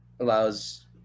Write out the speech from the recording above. allows